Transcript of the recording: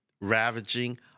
ravaging